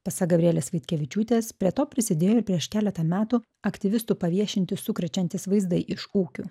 pasak gabrielės vaitkevičiūtės prie to prisidėjo ir prieš keletą metų aktyvistų paviešinti sukrečiantys vaizdai iš ūkių